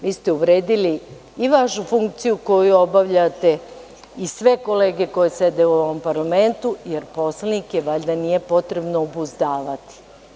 Vi ste uvredili i vašu funkciju koju obavljate i sve kolege koji sede u ovom parlamentu, jer poslanike valjda nije potrebno obuzdavati.